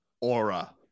aura